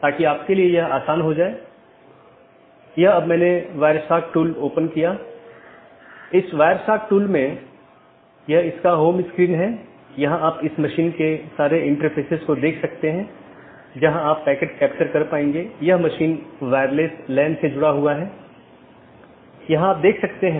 इसलिए हमारा मूल उद्देश्य यह है कि अगर किसी ऑटॉनमस सिस्टम का एक पैकेट किसी अन्य स्थान पर एक ऑटॉनमस सिस्टम से संवाद करना चाहता है तो यह कैसे रूट किया जाएगा